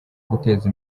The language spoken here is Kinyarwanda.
guteza